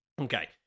Okay